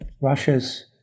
Russia's